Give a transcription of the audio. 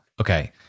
Okay